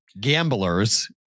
gamblers